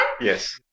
Yes